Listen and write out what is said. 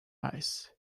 ice